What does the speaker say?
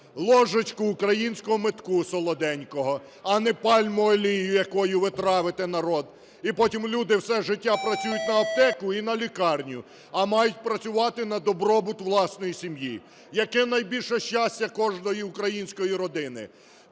ложечку українського медку солоденького, а не пальмову олію, якою ви травите народ, і потім люди все життя працюють на аптеку і на лікарню, а мають працювати на добробут власної сім'ї. Яке найбільше щастя кожної української родини?